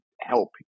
help